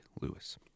Lewis